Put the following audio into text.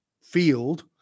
field